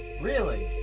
really?